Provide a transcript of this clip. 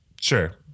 sure